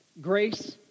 grace